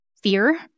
fear